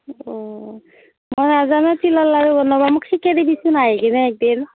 অ' মই নাজানোঁ তিলৰ লাৰু বনাব মোক শিকাই দিবিচোন আহি কিনে একদিন